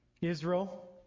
israel